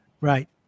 Right